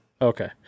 Okay